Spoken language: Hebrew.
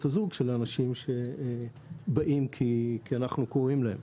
הזוג של האנשים שבאים כי אנחנו קוראים להם.